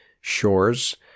Shores